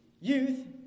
youth